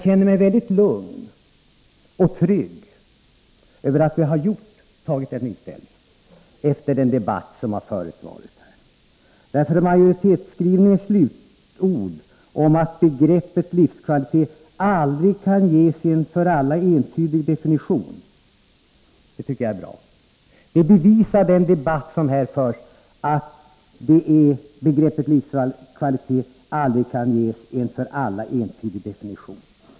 Efter den debatt som har förevarit här känner jag mig väldigt lugn och trygg över detta ställningstagande. Majoritetens slutord om att begreppet livskvalitet aldrig kan ges en för alla entydig definition tycker jag är bra. Den debatt som här har förts bevisar att begreppet livskvalitet aldrig kan ges en för alla entydig definition.